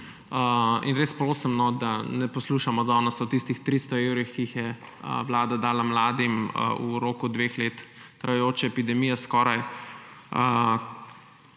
Res prosim, da ne poslušamo danes o tistih 300 evrih, ki jih je Vlada dala mladim v roku skoraj dve leti trajajoče epidemije. To je